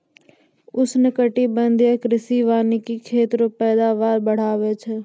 उष्णकटिबंधीय कृषि वानिकी खेत रो पैदावार बढ़ाबै छै